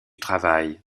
travail